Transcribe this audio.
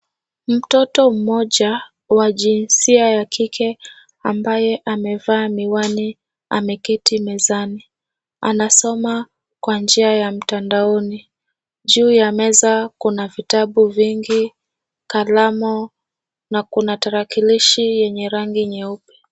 Mtoto mmoja wa jinsia ya kike ambaye amevaa miwani, ameketi mezani. Anasoma kwa njia ya mtandaoni, juu ya meza kuna vitabu vingi, kalamu na kuna tarakilishi yenye rangi nyeupe.